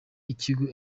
ikigo